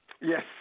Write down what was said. Yes